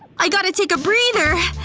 i gotta take a breather.